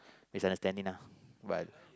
which is a statine but